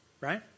right